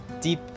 deep